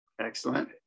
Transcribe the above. Excellent